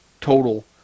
total